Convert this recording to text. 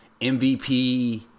MVP